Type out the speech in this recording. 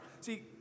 See